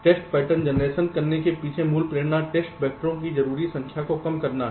test pattern generation करने के पीछे मूल प्रेरणा टेस्ट वैक्टर की जरूरी संख्या को कम करना है